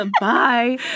Bye